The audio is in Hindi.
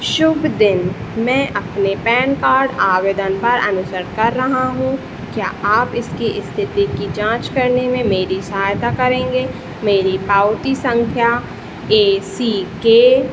शुभ दिन मैं अपने पैन कार्ड आवेदन पर अनुसर कर रहा हूँ क्या आप इसकी स्थिति की जाँच करने में मेरी सहायता करेंगे मेरी पावती संख्या ए सी के